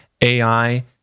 AI